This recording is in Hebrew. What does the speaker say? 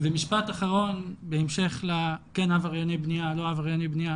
ומשפט אחרון בהמשך לכן עברייני בנייה לא עברייני בנייה,